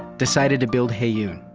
decided to build heyoon.